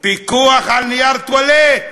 פיקוח על נייר טואלט.